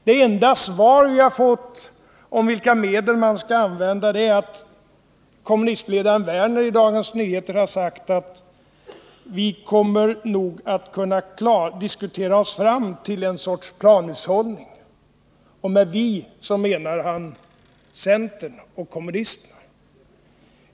Det enda svar jag har fått på frågan vilka medel som man skall använda är att kommunistledaren Lars Werner i Dagens Nyheter har sagt: Vi kommer nog att kunna diskutera oss fram till en sorts planhushållning. Med vi menar han centern och kommunisterna.